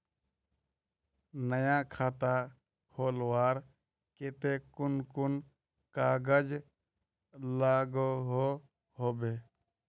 नया खाता खोलवार केते कुन कुन कागज लागोहो होबे?